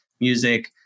music